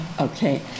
Okay